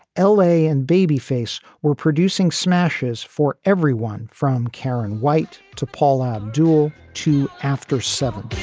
l a. and babyface were producing smashes for everyone from karen white to paula deuel to after seven